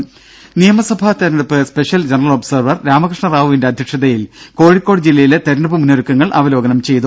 ദേദ നിയമസഭാ തെരഞ്ഞെടുപ്പ് സ്പെഷൽ ജനറൽ ഒബ്സർവർ രാമകൃഷ്ണറാവുവിന്റെ അദ്ധ്യക്ഷതയിൽ കോഴിക്കോട് ജില്ലയിലെ തെരഞ്ഞെടുപ്പ് മുന്നൊരുക്കങ്ങൾ അവലോകനം ചെയ്തു